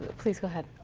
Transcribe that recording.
ah please go ahead.